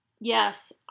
Yes